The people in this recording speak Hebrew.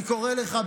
אני קורא לך,